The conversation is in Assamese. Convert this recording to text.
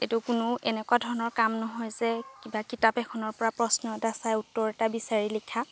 এইটো কোনো এনেকুৱা ধৰণৰ কাম নহয় যে কিবা কিতাপ এখনৰ পৰা প্ৰশ্ন এটা চাই উত্তৰ এটা বিচাৰি লিখা